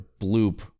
bloop